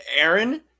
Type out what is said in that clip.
Aaron